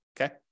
okay